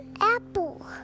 apple